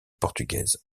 portugaise